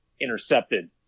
intercepted